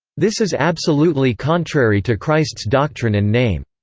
this is absolutely contrary to christ's doctrine and name.